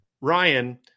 Ryan